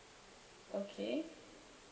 okay